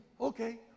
Okay